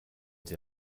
sie